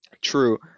True